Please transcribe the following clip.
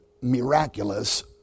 miraculous